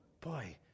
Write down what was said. Boy